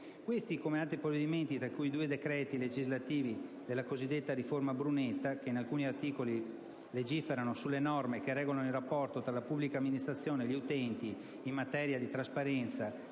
vi sono altri provvedimenti, tra cui i due decreti legislativi della cosiddetta riforma Brunetta che, in alcuni articoli, legiferano sulle norme che regolano il rapporto tra la pubblica amministrazione e gli utenti in materia di trasparenza,